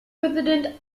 president